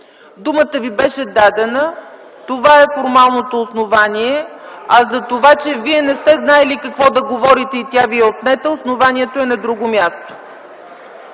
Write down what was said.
Думата ви беше дадена. Това е формалното основание, а за това, че вие не сте знаели какво да говорите и тя ви е отнета, основанието е на друго място.